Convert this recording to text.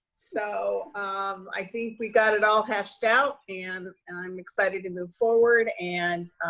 so um i think we got it all hashed out and i'm excited to move forward and,